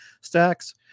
stacks